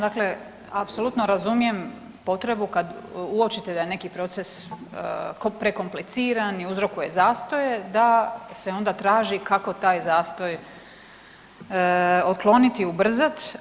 Dakle, apsolutno razumijem potrebu kad uočite da je neki proces prekompliciran i uzrokuje zastoje, da se onda traži kako taj zastoj otkloniti, ubrzati.